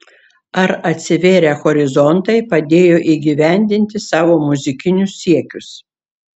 ar atsivėrę horizontai padėjo įgyvendinti savo muzikinius siekius